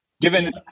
given